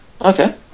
Okay